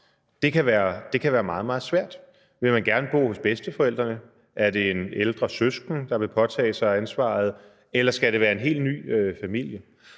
ske, kan være meget, meget svært. Vil man gerne bo hos bedsteforældrene? Er det en ældre søskende, der vil påtage sig ansvaret? Eller skal det være en helt ny familie?